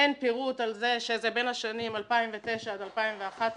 אין פירוט על זה שזה בין השנים 2011-2009 בהודעה.